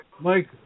Mike